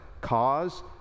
cause